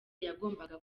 yagombaga